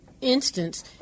instance